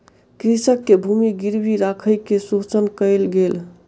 कृषक के भूमि गिरवी राइख के शोषण कयल गेल